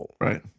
Right